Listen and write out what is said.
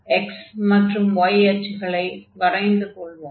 x மற்றும் y அச்சுகளை வரைந்து கொள்வோம்